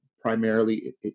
primarily